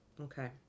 Okay